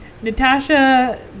Natasha